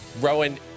Rowan